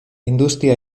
industria